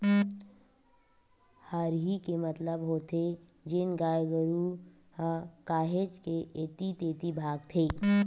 हरही के मतलब होथे जेन गाय गरु ह काहेच के ऐती तेती भागथे